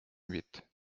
huit